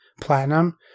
Platinum